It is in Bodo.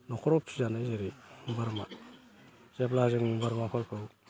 न'खराव फिसिजानाय जेरै बोरमा जेब्ला जों बोरमाफोरखौ